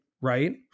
Right